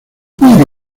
muy